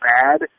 bad